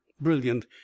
brilliant